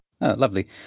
Lovely